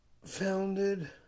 founded